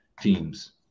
teams